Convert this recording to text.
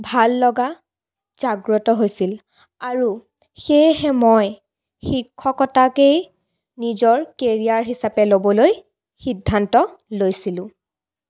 ভাল লগা জাগ্ৰত হৈছিল আৰু সেয়েহে মই শিক্ষকতাকেই নিজৰ কেৰিয়াৰ হিচাপে ল'বলৈ সিদ্ধান্ত লৈছিলোঁ